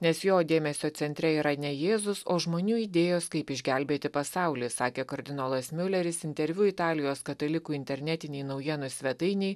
nes jo dėmesio centre yra ne jėzus o žmonių idėjos kaip išgelbėti pasaulį sakė kardinolas miuleris interviu italijos katalikų internetinei naujienų svetainei